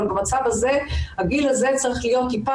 אבל במצב הזה הגיל הזה צריך להיות טיפה